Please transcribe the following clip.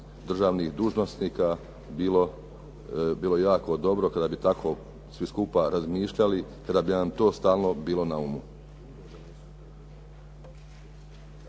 državnih dužnosnika bilo jako dobro kada bi svi skupa tako razmišljali i kada bi nam to stalno bilo na umu.